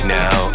now